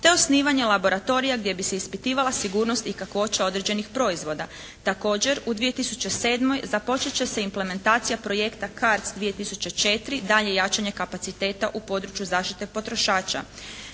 te osnivanja laboratorija gdje bi se ispitivala sigurnost i kakvoća određenih proizvoda. Također u 2007. započet će se implementacija projekta CARDS 2004., daljnje jačanje kapaciteta u području zaštite potrošača.